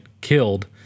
killed